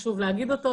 חשוב להגיד אותו,